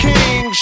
King